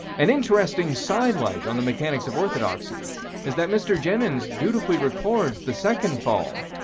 an interesting sidelight on the mechanics of orthodoxy is that mr. jenyns dutifully records the second fall,